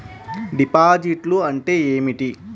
డిపాజిట్లు అంటే ఏమిటి?